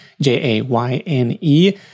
J-A-Y-N-E